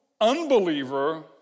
unbeliever